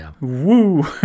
Woo